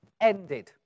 ended